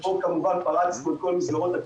כשאנחנו מסתכלים כמדינה,